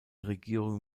regierung